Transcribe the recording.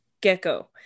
gecko